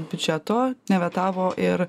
biudžeto nevetavo ir